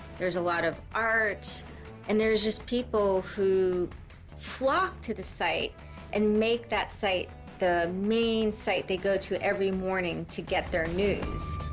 there's a lot of art and there's just people who flocked to the site and made that site the main site they go to every morning to get their news.